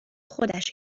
خودش